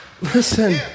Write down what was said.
listen